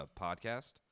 Podcast